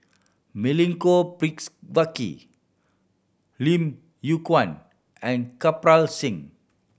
Milenko Picks Lim Yew Kuan and Kirpal Singh